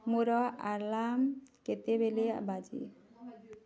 ମୋର ଆଲାର୍ମ କେତେବେଳେ ବାଜେ